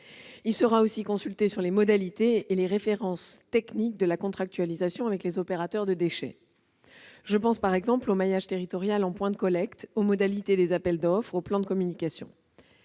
Il sera aussi consulté sur les modalités et les références techniques de la contractualisation avec les opérateurs de déchets. Je pense par exemple au maillage territorial en points de collecte, aux modalités des appels d'offres et au plan de communication.